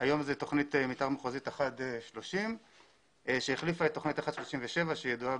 היום זאת תכנית מתאר מחוזית 1/30 שהחליפה את תכנית 1/37 שידועה